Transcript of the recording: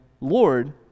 Lord